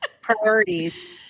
priorities